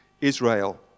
Israel